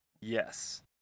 Yes